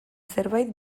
zerbait